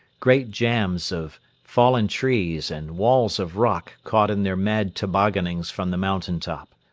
great jams of fallen trees and walls of rock caught in their mad tobogganings from the mountain top.